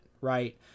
right